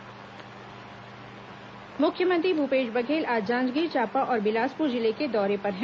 मुख्यमंत्री दौरा मुख्यमंत्री भूपेश बघेल आज जांजगीर चांपा और बिलासपुर जिले के दौरे पर हैं